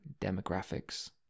demographics